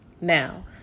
Now